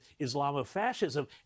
Islamofascism